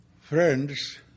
Friends